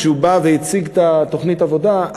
כשהוא בא והציג את תוכנית העבודה,